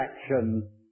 action